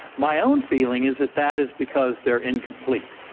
my own feeling is that that is because they're incomplete,